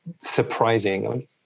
surprising